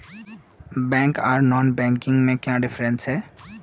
Bank आर non banking में क्याँ डिफरेंस है?